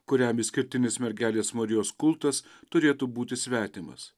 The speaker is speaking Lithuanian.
kuriam išskirtinis mergelės marijos kultas turėtų būti svetimas